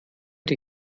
den